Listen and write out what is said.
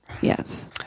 Yes